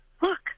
look